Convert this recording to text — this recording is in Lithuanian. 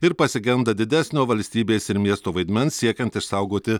ir pasigenda didesnio valstybės ir miesto vaidmens siekiant išsaugoti